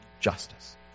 justice